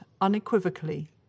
unequivocally